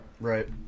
Right